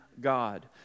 God